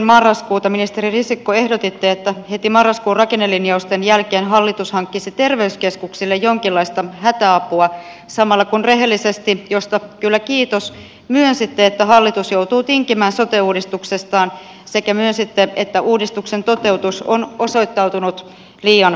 marraskuuta ministeri risikko ehdotitte että heti marraskuun rakennelinjausten jälkeen hallitus hankkisi terveyskeskuksille jonkinlaista hätäapua samalla kun rehellisesti mistä kyllä kiitos myönsitte että hallitus joutuu tinkimään sote uudistuksestaan sekä myönsitte että uudistuksen toteutus on osoittautunut liian vaikeaksi